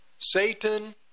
Satan